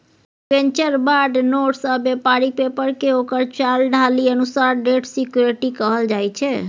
debenture, bond, notes आ बेपारिक पेपरकेँ ओकर चाल ढालि अनुसार डेट सिक्युरिटी कहल जाइ छै